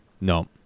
No